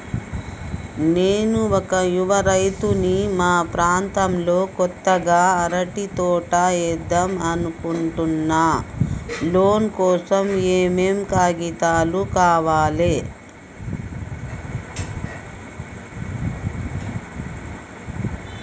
నేను ఒక యువ రైతుని మా ప్రాంతంలో కొత్తగా అరటి తోట ఏద్దం అనుకుంటున్నా లోన్ కోసం ఏం ఏం కాగితాలు కావాలే?